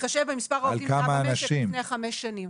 בהתחשב במספר העובדים במשק לפני חמש שנים.